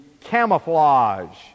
camouflage